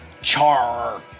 char